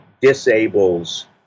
disables